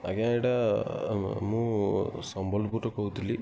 ଆଜ୍ଞା ଏଇଟା ମୁଁ ସମ୍ବଲପୁରରୁ କହୁଥିଲି